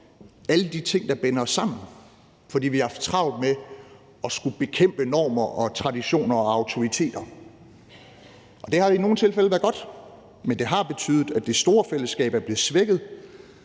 alle de ting, der binder os sammen, fordi vi har haft travlt med at skulle bekæmpe normer og traditioner og autoriteter. Det har i nogle tilfælde været godt, men det har betydet, at det store fællesskab er blevet svækket,